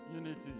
Unity